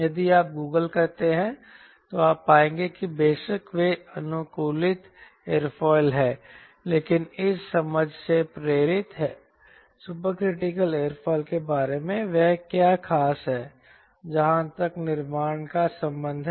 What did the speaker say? यदि आप गूगल करते हैं तो आप पाएंगे कि बेशक वे अनुकूलित एयरफ़ॉइल हैं लेकिन इस समझ से प्रेरित हैं सुपरक्रिटिकल एयरफॉइल के बारे में वह क्या खास है जहां तक निर्माण का संबंध है